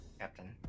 Captain